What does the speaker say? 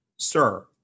Sir